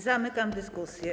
Zamykam dyskusję.